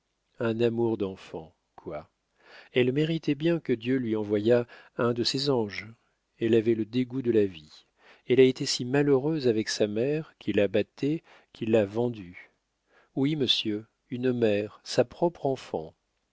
un amour d'enfant quoi elle méritait bien que dieu lui envoyât un de ses anges elle avait le dégoût de la vie elle a été si malheureuse avec sa mère qui la battait qui l'a vendue oui monsieur une mère sa propre enfant